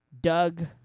Doug